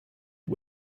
her